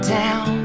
town